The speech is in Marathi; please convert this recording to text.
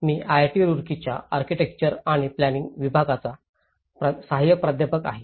मी आयआयटी रुड़कीच्या आर्किटेक्चर अँड प्लानिंग विभागाचा सहाय्यक प्राध्यापक आहे